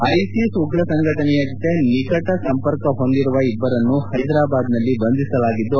ISIS ಉಗ್ರ ಸಂಘಟನೆಯ ಜತೆ ನಿಕಟ ಸಂಪರ್ಕ ಹೊಂದಿರುವ ಇಬ್ಬರನ್ನು ಹೈದರಾಬಾದ್ನಲ್ಲಿ ಬಂಧಿಸಲಾಗಿದ್ದು